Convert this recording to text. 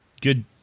good